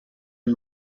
del